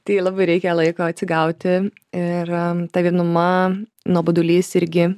tai labai reikia laiko atsigauti ir ta vienuma nuobodulys irgi